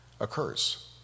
occurs